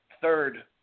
third